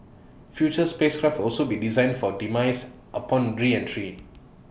future spacecraft will also be designed for demise upon reentry